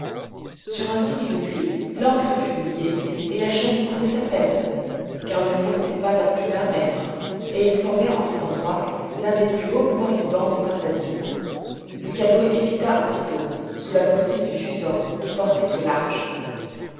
sur un signe de lui l'ancre fut mouillée et la chaîne courut à peine car le fond n'était pas à plus d'un mètre et il formait en cet endroit l'un des plus hauts points du banc de pintadines le canot évita aussitôt sous la poussée du jusant qui portait au large